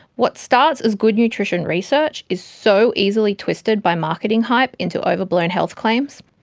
what starts as good nutrition research, is so easily twisted by marketing hype into overblown health claims.